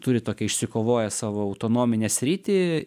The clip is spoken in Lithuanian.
turi tokią išsikovoja savo autonominę sritį